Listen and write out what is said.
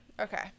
okay